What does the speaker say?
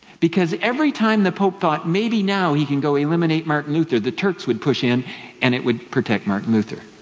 because every time the pope thought maybe now he can go eliminate martin luther, the turks would push in and it would protect martin luther.